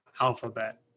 alphabet